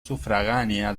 sufragánea